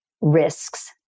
risks